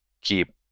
keep